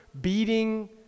beating